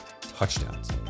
touchdowns